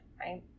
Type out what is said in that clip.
right